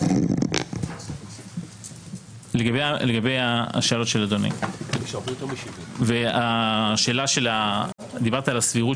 לגבי השאלות של אדוני ודיברת על הסבירות